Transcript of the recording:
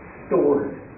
stored